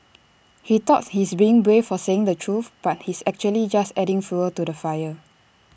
he thought he's brave for saying the truth but he's actually just adding fuel to the fire